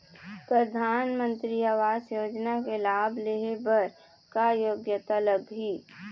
परधानमंतरी आवास योजना के लाभ ले हे बर का योग्यता लाग ही?